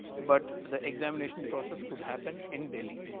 but the examination process would happen in delhi.